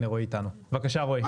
בבקשה רועי.